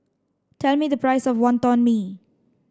tell me the price of Wonton Mee